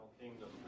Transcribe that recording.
kingdom